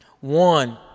One